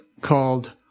called